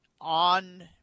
on